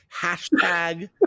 hashtag